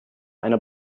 einer